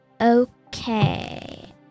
Okay